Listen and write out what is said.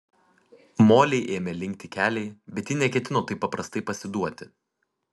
molei ėmė linkti keliai bet ji neketino taip paprastai pasiduoti